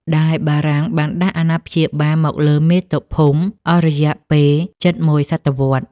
ដែលបារាំងបានដាក់អាណាព្យាបាលមកលើមាតុភូមិអស់រយៈពេលជិតមួយសតវត្សរ៍។